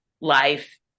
life